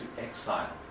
exile